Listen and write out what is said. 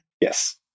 Yes